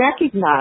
recognize